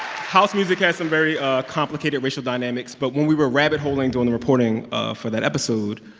house music has some very complicated racial dynamics, but when we were rabbit-holing, doing the reporting ah for that episode,